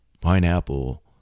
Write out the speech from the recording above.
pineapple